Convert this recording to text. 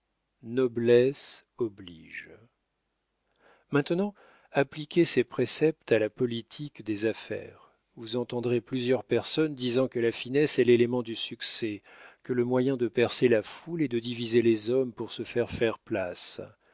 noblesse oblige maintenant appliquez ces préceptes à la politique des affaires vous entendrez plusieurs personnes disant que la finesse est l'élément du succès que le moyen de percer la foule est de diviser les hommes pour se faire faire place